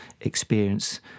experience